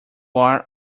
are